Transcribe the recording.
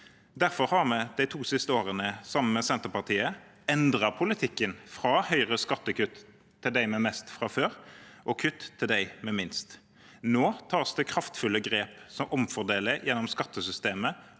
Derfor har vi de to siste årene, sammen med Senterpartiet, endret politikken fra Høyres skattekutt til dem med mest fra før og kutt til dem med minst. Nå tas det kraftfulle grep som omfordeler gjennom skattesystemet